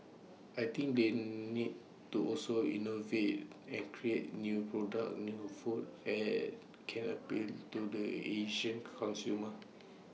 I think they need to also innovate and create new products new food that can appeal to the Asian consumers